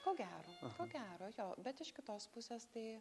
ko gero ko gero jo bet iš kitos pusės tai